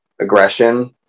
aggression